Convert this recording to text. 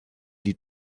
die